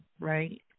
right